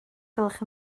gwelwch